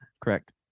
Correct